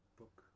book